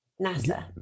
NASA